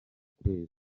kwezi